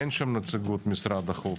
אין שם נציגות משרד החוץ.